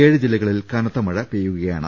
ഏഴു ജില്ലകളിൽ കനത്ത മഴ പെയ്യുകയാണ്